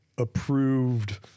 approved